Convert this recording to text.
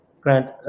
grant